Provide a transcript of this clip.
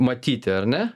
matyti ar ne